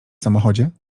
samochodzie